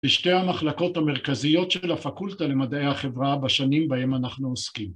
בשתי המחלקות המרכזיות של הפקולטה למדעי החברה, בשנים בהן אנחנו עוסקים.